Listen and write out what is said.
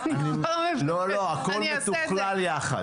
לא, לא, הכול מתוכלל יחד.